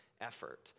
effort